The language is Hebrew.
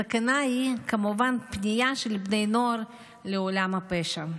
הסכנה, כמובן, היא פנייה של בני נוער לעולם הפשע.